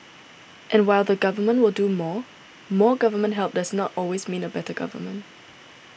and while the Government will do more more government help does not always mean a better government